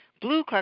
Blue